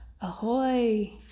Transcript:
Ahoy